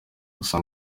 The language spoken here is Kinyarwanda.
gusa